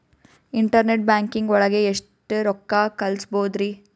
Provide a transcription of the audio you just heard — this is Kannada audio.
ಇಂಟರ್ನೆಟ್ ಬ್ಯಾಂಕಿಂಗ್ ಒಳಗೆ ಎಷ್ಟ್ ರೊಕ್ಕ ಕಲ್ಸ್ಬೋದ್ ರಿ?